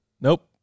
Nope